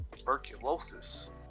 tuberculosis